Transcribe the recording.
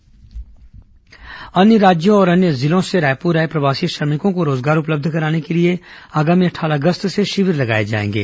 रोजगार कैम्प अन्य राज्यों और अन्य जिलों से रायपुर आए प्रवासी श्रमिकों को रोजगार उपलब्ध कराने के लिए आगामी अट्ठारह अगस्त से शिविर लगाए जाएंगे